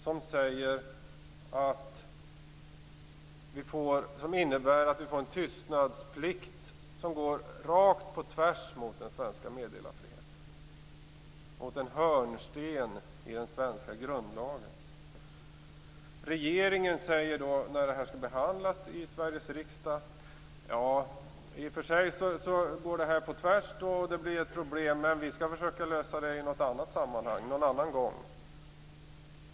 Det här innebär att vi får en tystnadsplikt som går på tvärs med den svenska meddelarfriheten, alltså med vad som är en hörnsten i den svenska grundlagen. När detta skall behandlas i Sveriges riksdag säger regeringen: I och för sig går det här på tvärs och det blir ett problem, men vi skall försöka lösa det i något annat sammanhang, någon annan gång.